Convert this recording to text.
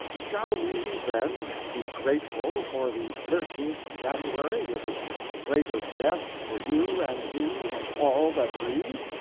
shall we, then, be grateful for the thirteenth january, with its freight of death for you and me and all that breathe?